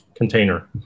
Container